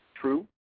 True